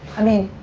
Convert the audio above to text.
i mean,